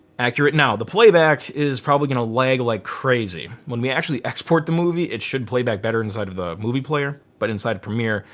accurate. now the playback is probably gonna lag like crazy. when we actually export the movie, it should play back better inside of the movie player. but inside premiere,